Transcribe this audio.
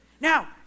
Now